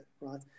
right